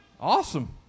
Awesome